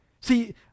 See